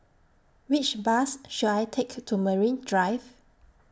Which Bus should I Take to Marine Drive